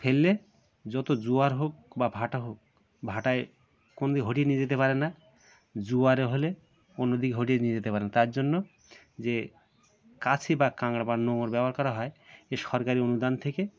ফেললে যত জোয়ার হোক বা ভাঁটা হোক ভাঁটায় কোনো দিকে হটিয়ে নিয়ে যেতে পারে না জোয়ারে হলে অন্যদিকে হটিয়ে নিয়ে যেতে পারে না তার জন্য যে কাছি বা কাঙড়া বা নোঙর ব্যবহার করা হয় এ সরকারি অনুদান থেকে